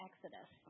Exodus